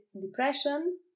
depression